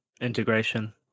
integration